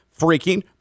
freaking